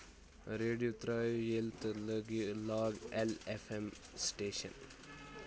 radio تراو ییٚلہٕ تہٕ لاگ ایل ایف ایم سٹیشن